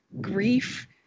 grief